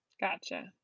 Gotcha